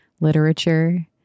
literature